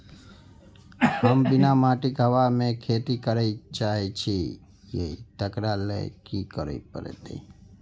हम बिना माटिक हवा मे खेती करय चाहै छियै, तकरा लए की करय पड़तै?